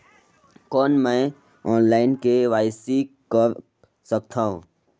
कौन मैं online KYC कर सकथव?